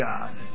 God